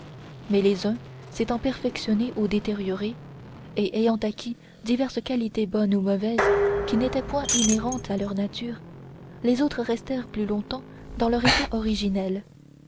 mais les uns s'étant perfectionnés ou détériorés et ayant acquis diverses qualités bonnes ou mauvaises qui n'étaient point inhérentes à leur nature les autres restèrent plus longtemps dans leur état originel